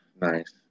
Nice